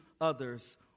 others